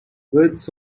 words